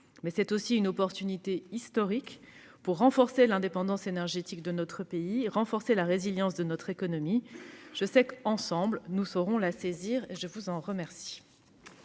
Mais c'est aussi une opportunité historique pour renforcer l'indépendance énergétique de notre pays et la résilience de notre économie. Je sais qu'ensemble, nous saurons la saisir. Nous allons